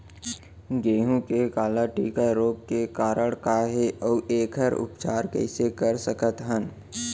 गेहूँ के काला टिक रोग के कारण का हे अऊ एखर उपचार कइसे कर सकत हन?